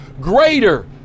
greater